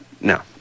No